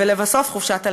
ולבסוף, חופשת הלידה.